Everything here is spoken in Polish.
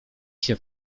się